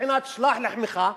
בבחינת "שלח לחמך",